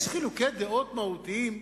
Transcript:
יש חילוקי דעות מהותיים,